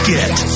Get